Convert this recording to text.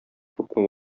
күпме